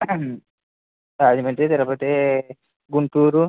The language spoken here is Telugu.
రాజమండ్రి తిరుపతి గుంటూరు